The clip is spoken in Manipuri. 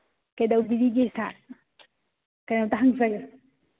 ꯀꯩꯗꯧꯕꯤꯔꯤꯒꯦ ꯁꯥꯔ ꯀꯩꯅꯣꯝꯇ ꯍꯪꯖꯒꯦ